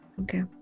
Okay